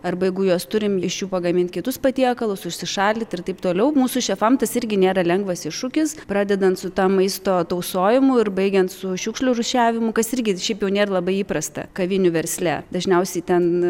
arba jeigu juos turim iš jų pagamint kitus patiekalus užsišaldyt ir taip toliau mūsų šefam tas irgi nėra lengvas iššūkis pradedant su ta maisto tausojimu ir baigiant su šiukšlių rūšiavimu kas irgi šiaip jau nėr labai įprasta kavinių versle dažniausiai ten